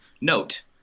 note